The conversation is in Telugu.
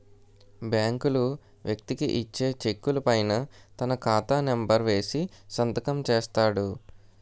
బ్యాంకులు వ్యక్తికి ఇచ్చే చెక్కుల పైన తన ఖాతా నెంబర్ వేసి సంతకం చేస్తాడు